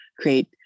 create